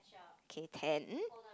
okay ten